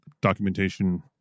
documentation